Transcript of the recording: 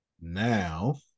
Now